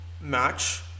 match